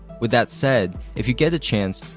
with that said if you get the chance,